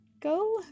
go